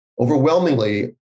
Overwhelmingly